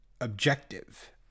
objective